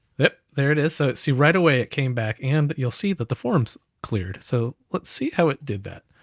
yep, there it is. so see right away it came back, and but you'll see that the forms cleared. so let's see how it did that.